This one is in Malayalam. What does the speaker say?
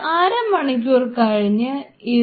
ഒരു അര മണിക്കൂർ കഴിഞ്ഞിട്ട്